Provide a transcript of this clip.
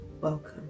welcome